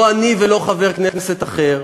לא אני ולא חבר כנסת אחר.